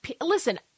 Listen